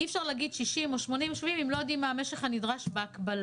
אי אפשר להגיד 60 או 80 ימים אם לא יודעים מה המשך הנדרש בהקבלה.